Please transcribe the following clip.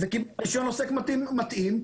ורישיון עוסק מתאים,